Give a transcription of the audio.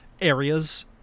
areas